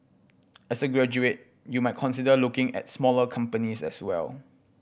as a graduate you might consider looking at smaller companies as well